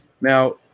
Now